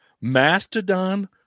Mastodon